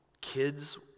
Kids